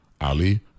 Ali